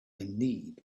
need